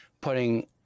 putting